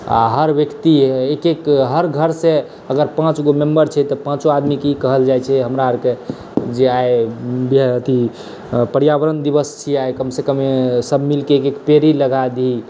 आ हर व्यक्ति एक एक हर घरसँ अगर पाँचगो मेम्बर छै तऽ पाँचो आदमीकेँ ई कहल जाइत छै हमरा आरकेँ जे आइ अथी पर्यावरण दिवस छियै आइ कमसँ कम सभ मिलके एक एक पेड़ लगाबी